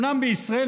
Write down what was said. אומנם בישראל,